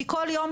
כי כל יום,